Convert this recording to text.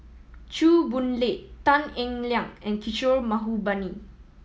Chew Boon Lay Tan Eng Liang and Kishore Mahbubani